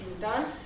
done